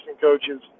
coaches